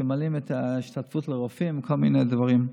שמעלים את ההשתתפות לרופאים, כל מיני דברים.